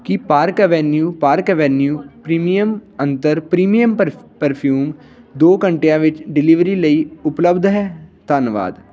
ਕੀ Park Avenue Park Avenue premium ਅੰਤਰ premium perfume ਦੋ ਘੰਟਿਆਂ ਵਿੱਚ ਡਿਲੀਵਰੀ ਲਈ ਉਪਲੱਬਧ ਹੈ ਧੰਨਵਾਦ